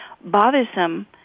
bothersome